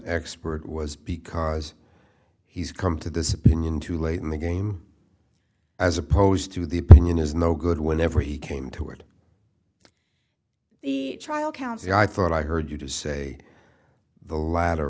expert was because he's come to this opinion too late in the game as opposed to the opinion is no good whenever he came to it the trial counsel i thought i heard you just say the la